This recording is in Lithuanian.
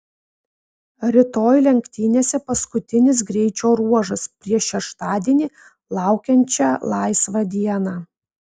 rytoj lenktynėse paskutinis greičio ruožas prieš šeštadienį laukiančią laisvą dieną